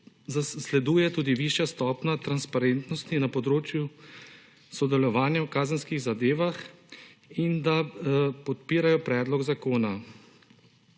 zasleduje tudi višja stopnja transparentnosti na področju sodelovanja v kazenskih zadevah in da podpirajo predlog zakona.